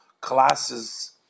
classes